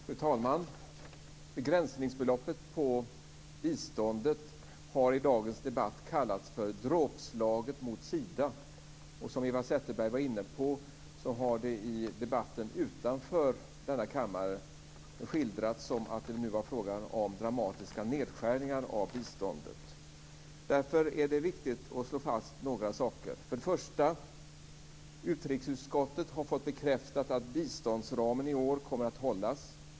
Fru talman! Begränsningsbeloppet för biståndet har i dagens debatt kallats för "dråpslaget mot Sida". Som Eva Zetterberg var inne på har det i debatten utanför denna kammare skildrats som om det nu vore fråga om dramatiska nedskärningar av biståndet. Därför är det viktigt att slå fast några saker. För det första: Utrikesutskottet har fått bekräftat att biståndsramen i år kommer att hållas.